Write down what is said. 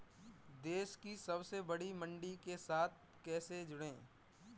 देश की सबसे बड़ी मंडी के साथ कैसे जुड़ें?